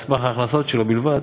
על סמך ההכנסות שלו בלבד,